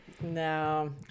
no